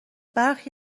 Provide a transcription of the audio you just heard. برخی